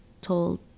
told